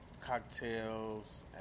cocktails